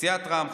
סיעת רע"מ,